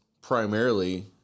primarily